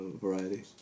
variety